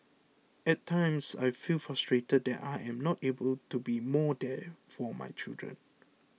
at times I feel frustrated that I am not able to be more there for my children